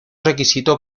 requisito